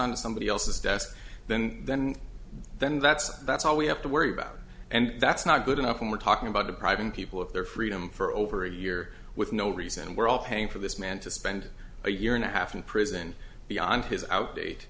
on somebody else's desk then then then that's that's all we have to worry about and that's not good enough when we're talking about depriving people of their freedom for over a year with no reason and we're all paying for this man to spend a year and a half in prison beyond his out date